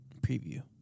preview